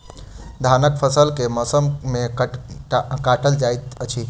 धानक फसल केँ मौसम मे काटल जाइत अछि?